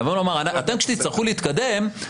לומר: כשתצטרכו להתקדם,